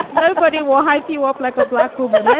ah nobody will hype you up like a black woman.